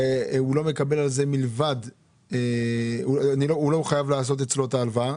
הוא לא מקבל על זה מלבד -- כלומר הוא לא חייב לעשות אצלו את ההלוואה,